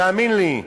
תאמין לי.